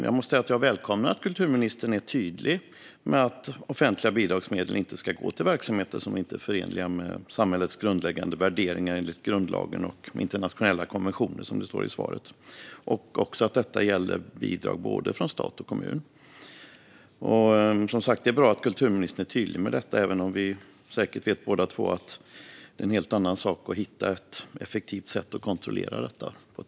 Jag måste säga att jag välkomnar att kulturministern är tydlig med att offentliga bidragsmedel inte ska gå till verksamheter som inte är förenliga med samhällets grundläggande värderingar enligt grundlagen och internationella konventioner, som det står i svaret, och att detta gäller bidrag från både stat och kommun. Det är som sagt bra att kulturministern är tydlig med det här, även om vi båda två säkert vet att det är en helt annan sak att hitta ett effektivt sätt att kontrollera detta.